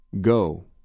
Go